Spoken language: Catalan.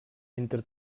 entre